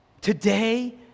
Today